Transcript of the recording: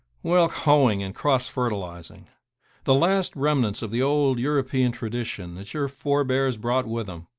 well, hoeing and cross-fertilising the last remnants of the old european tradition that your forebears brought with them.